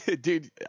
Dude